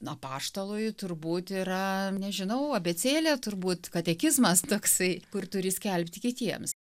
apaštalui turbūt yra nežinau abėcėlė turbūt katekizmas toksai kur turi skelbti kitiems